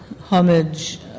homage